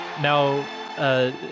Now